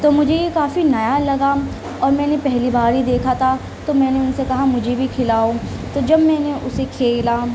تو مجھے یہ کافی نیا لگا اور میں نے پہلی بار ہی دیکھا تھا تو میں نے ان سے کہا مجھے بھی کھلاؤ تو جب میں نے اسے کھیلا